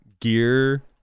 gear